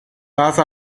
拉萨